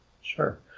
sure